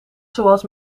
zoals